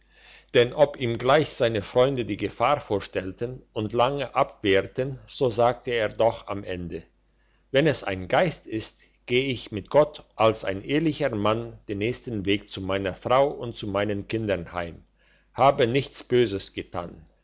denn ob ihm gleich seine freunde die gefahr vorstellten und lange abwehrten so sagte er doch am ende wenn es ein geist ist geh ich mit gott als ein ehrlicher mann den nächsten weg zu meiner frau und zu meinen kindern heim habe nichts böses getan